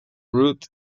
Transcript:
route